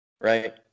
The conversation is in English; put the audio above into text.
right